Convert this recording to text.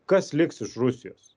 kas liks iš rusijos